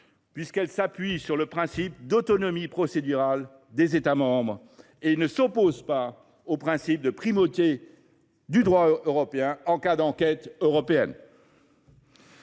effet, elle s’appuie sur le principe d’autonomie procédurale des États membres et ne s’oppose aucunement au principe de primauté du droit européen en cas d’enquête européenne.